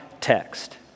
text